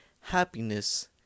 happiness